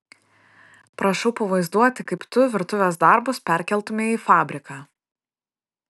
prašau pavaizduoti kaip tu virtuvės darbus perkeltumei į fabriką